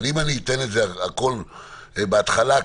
אבל אני אתן את הכול בהתחלה כנאום,